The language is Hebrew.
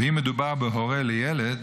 ואם מדובר בהורה לילד,